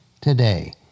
today